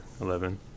eleven